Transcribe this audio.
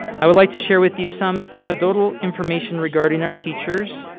i would like to share with you some anecdotal information regarding our teachers.